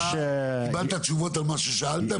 קיבלת תשובות על מה ששאלת.